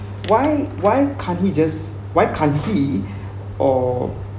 why why can't he just why can't he or